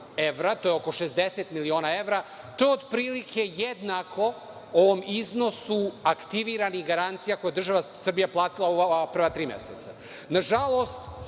to je oko 60 miliona evra, to je otprilike jednako ovom iznosu aktiviranih garancija koje je država Srbija platila u ova prva tri meseca. Nažalost,